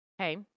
Okay